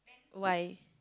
why